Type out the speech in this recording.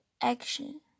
action